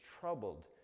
troubled